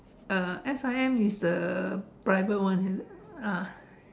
uh S_I_M is the private one is it ah